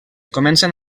comencen